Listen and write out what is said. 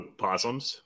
possums